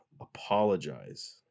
Apologize